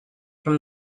from